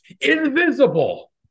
Invisible